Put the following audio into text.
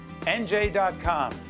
NJ.com